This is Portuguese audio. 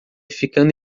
ficando